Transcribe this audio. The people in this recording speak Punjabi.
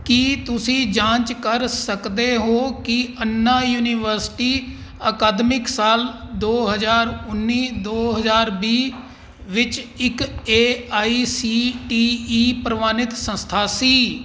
ਕੀ ਤੁਸੀਂ ਜਾਂਚ ਕਰ ਸਕਦੇ ਹੋ ਕਿ ਅੰਨਾ ਯੂਨੀਵਰਸਿਟੀ ਅਕਾਦਮਿਕ ਸਾਲ ਦੋ ਹਜ਼ਾਰ ਉੱਨੀ ਦੋ ਹਜ਼ਾਰ ਵੀਹ ਵਿੱਚ ਇੱਕ A I C T E ਪ੍ਰਵਾਨਿਤ ਸੰਸਥਾ ਸੀ